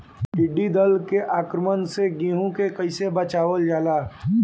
टिडी दल के आक्रमण से गेहूँ के कइसे बचावल जाला?